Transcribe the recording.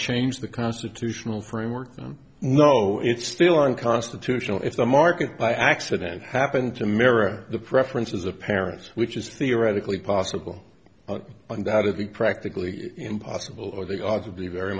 change the constitutional framework no it's still unconstitutional if the market by accident happened to mirror the preferences of parents which is theoretically possible undoubtedly practically impossible or they ought to be very